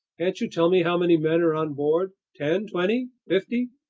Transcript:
can't you tell me how many men are on board? ten, twenty, fifty,